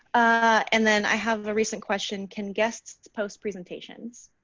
ah and then i have a recent question can guest post presentations.